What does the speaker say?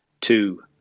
two